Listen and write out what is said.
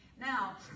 now